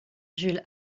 jules